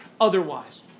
otherwise